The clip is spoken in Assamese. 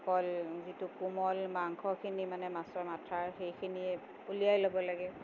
অকল যিটো কোমল মাংসখিনি মানে মাছৰ মাথাৰ সেইখিনিয়ে উলিয়াই ল'ব লাগে